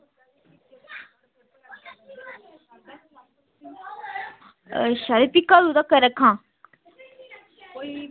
शायद भी कदूंं तगर रक्खांऽ